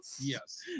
Yes